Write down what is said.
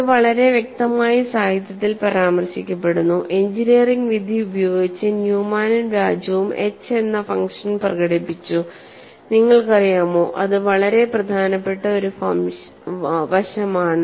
ഇത് വളരെ വ്യക്തമായി സാഹിത്യത്തിൽ പരാമർശിക്കപ്പെടുന്നു എഞ്ചിനീയറിംഗ് വിധി ഉപയോഗിച്ച് ന്യൂമാനും രാജുവും എച്ച് എന്ന ഫങ്ഷൻ പ്രകടിപ്പിച്ചു നിങ്ങൾക്കറിയാമോ അത് വളരെ പ്രധാനപ്പെട്ട ഒരു വശമാണ്